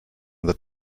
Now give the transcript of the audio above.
that